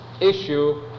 issue